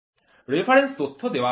reference তথ্য দেওয়া হয়